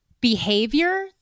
behavior